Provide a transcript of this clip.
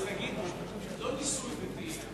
אין ניסוי.